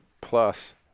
plus